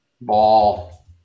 Ball